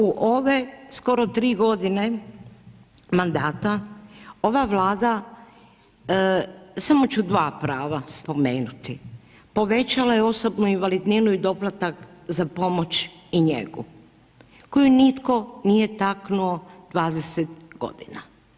U ove skoro 3 godine mandata ova Vlada, samo ću dva prava spomenuti, povećala je osobnu invalidninu i doplatak za pomoć i njegu koju nitko nije taknuo 20 godina.